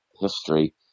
history